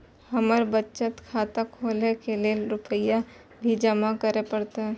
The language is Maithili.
हमर बचत खाता खोले के लेल रूपया भी जमा करे परते?